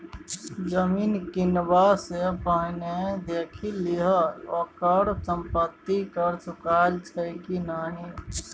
जमीन किनबा सँ पहिने देखि लिहें ओकर संपत्ति कर चुकायल छै कि नहि?